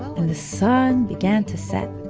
and the sun began to set.